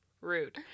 Rude